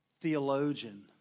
theologian